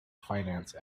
finance